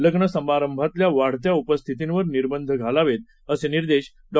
लग्नसमारंभातल्या वाढत्या उपस्थितीवर निर्बंध घालावेत असे निर्देश डॉ